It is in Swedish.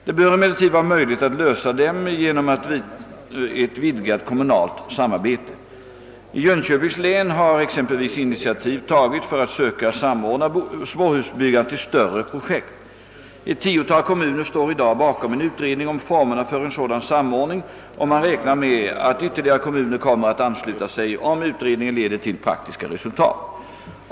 Det bör emellertid vara möjligt att lösa dem genom ett vidgat kommunalt samarbete. I Jönköpings län har exempelvis initia tiv tagits för att söka samordna småhusbyggandet till större projekt. Ett tiotal kommuner står i dag bakom en utredning om formerna för en sådan samordning, och man räknar med att ytterligare kommuner kommer att ansluia sig om utredningen leder till praktiska resultat.